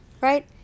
right